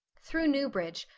through newbridge,